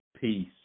peace